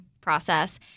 process